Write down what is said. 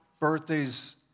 birthdays